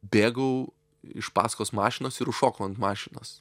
bėgau iš paskos mašinos ir užšokau ant mašinos